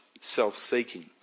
self-seeking